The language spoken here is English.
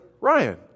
Ryan